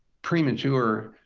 premature